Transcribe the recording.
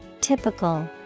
typical